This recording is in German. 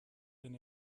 wenn